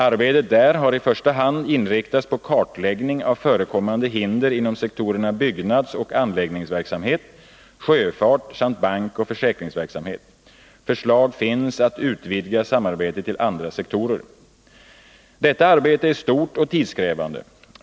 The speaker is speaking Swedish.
Arbetet där har i första hand inriktats på kartläggning av förekommande hinder inom sektorerna byggnadsoch anläggningsverksamhet, sjöfart samt bankoch försäkringsverksamhet. Förslag finns om att utvidga samarbetet till andra sektorer. Detta arbete är stort och tidskrävande.